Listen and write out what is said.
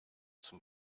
zum